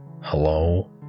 Hello